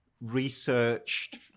researched